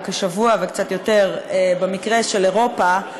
או כשבוע וקצת יותר במקרה של אירופה,